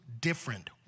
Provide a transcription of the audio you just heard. different